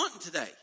today